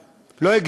לא מקובל עלי,